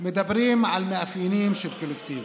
מדברים על מאפיינים של קולקטיב,